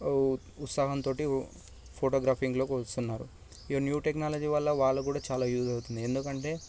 ఉత్సాహంతోటి ఫోటోగ్రాఫింగ్లోకి వస్తున్నారు ఈ న్యూ టెక్నాలజీ వల్ల వాళ్ళకు కూడా చాలా యూజ్ అవుతుంది ఎందుకంటే